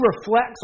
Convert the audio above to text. reflects